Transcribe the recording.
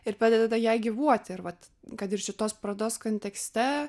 ir padeda tada jai gyvuoti ir vat kad ir šitos parodos kontekste